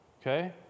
Okay